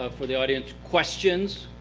ah for the audience, questions.